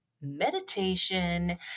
meditation